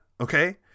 Okay